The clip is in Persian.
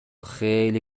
خیلی